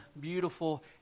beautiful